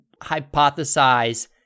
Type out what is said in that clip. hypothesize